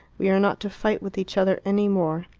we are not to fight with each other any more.